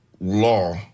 law